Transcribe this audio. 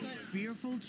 Fearful